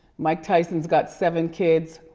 mike tyson's got seven kids.